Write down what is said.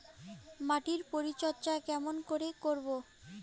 মাটির পরিচর্যা কেমন করে করব?